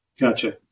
Gotcha